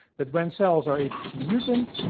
but when cells are apc mutant,